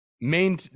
Main